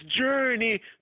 journey